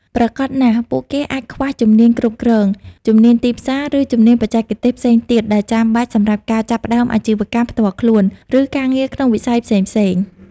ប្រាកដណាស់ ពួកគេអាចខ្វះជំនាញគ្រប់គ្រង ជំនាញទីផ្សារ ឬជំនាញបច្ចេកទេសផ្សេងទៀតដែលចាំបាច់សម្រាប់ការចាប់ផ្តើមអាជីវកម្មផ្ទាល់ខ្លួន ឬការងារក្នុងវិស័យផ្សេង។